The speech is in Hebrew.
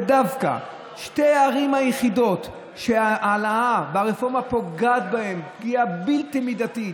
ודווקא שתי הערים היחידות שההעלאה ברפורמה פוגעת בהם פגיעה בלתי מידתית,